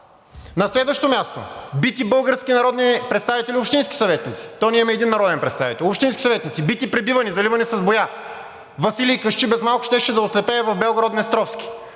На следващо място, бити български народни представители и общински съветници – то ние имаме един народен представител, общински съветници бити, пребивани, заливани с боя. Василий Кащи без малко щеше да ослепее в Белгород-Днестровски.